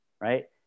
right